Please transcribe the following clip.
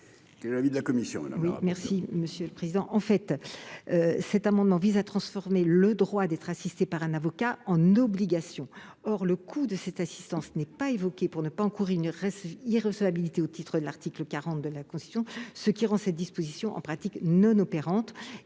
Quel est l'avis de la commission ?